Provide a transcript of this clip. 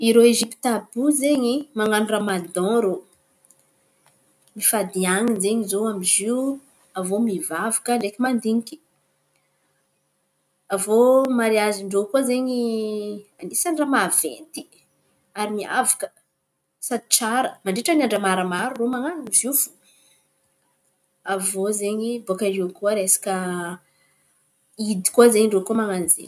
Irô Ezipta àby iô zeny, man̈ano ramadan rô. Mifady hanin̈y zen̈y amy zio, avô mivavaka ndraiky mandiniky. Avô mariazin-drô koa an̈isany raha maventy ary miavaka sady tsara. Mandritra ny andra maromaro man̈ano izy iô fô. Avô zen̈y baka iô koa resaka hidy koa ze, rô koa man̈ano ze koa.